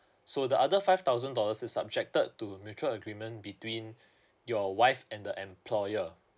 so the other five thousand dollars is subjected to mutual agreement between your wife and the employer